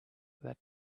that